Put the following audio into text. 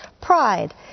pride